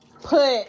put